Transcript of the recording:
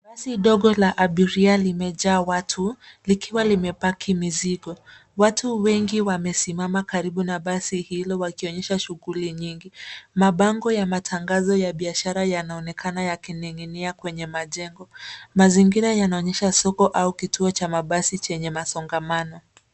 Basi dogo la abiria limejaa watu likiwa limepaki mizigo. Watu wengi wasimama karibu na basi hilo wakionyesha shughuli nyingi. Mabango ya matangazo ya biashara yanaonekana yakining'inia kwenye majengo. Mazingira yanaonyesha soko ama kituo cha basi chenye msongamano.